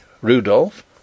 Rudolph